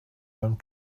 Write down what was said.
mewn